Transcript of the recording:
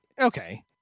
okay